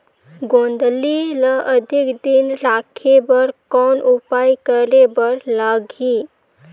गोंदली ल अधिक दिन राखे बर कौन उपाय करे बर लगही?